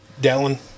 Dallin